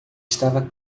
estava